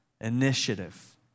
Initiative